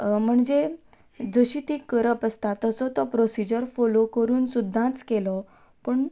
म्हणजे जशी ती करप आसता तसो तो प्रोसिजर फोलो करून सुद्दां केलो पूण